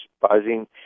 buzzing